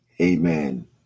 Amen